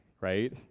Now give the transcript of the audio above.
right